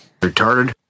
Retarded